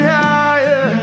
higher